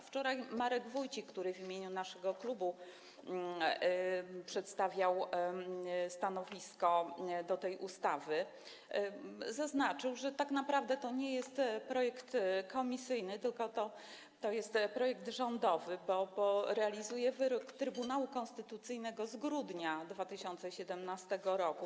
Wczoraj Marek Wójcik, który w imieniu naszego klubu przedstawiał stanowisko wobec tej ustawy, zaznaczył, że tak naprawdę to nie jest projekt komisyjny, tylko projekt rządowy, bo realizuje on wyrok Trybunału Konstytucyjnego z grudnia 2017 r.